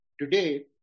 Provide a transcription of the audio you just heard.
Today